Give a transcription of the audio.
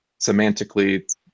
semantically